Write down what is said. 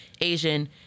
Asian